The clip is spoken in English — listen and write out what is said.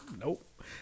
nope